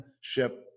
ship